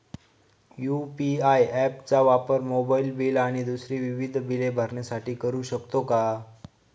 UPI app चा वापर mobile bill आणि दुसरी विविध बिले भरण्यासाठी करू शकतो का?